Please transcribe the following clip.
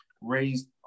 raised